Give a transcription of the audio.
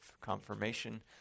confirmation